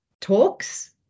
talks